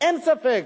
אין ספק.